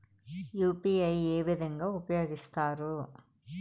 UPI ఏ విధంగా ఉపయోగిస్తారు?